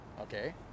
Okay